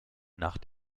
nach